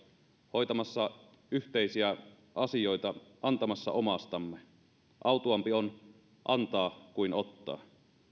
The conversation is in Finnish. hoitamassa yhteisiä asioita antamassa omastamme autuaampi on antaa kuin ottaa